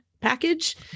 package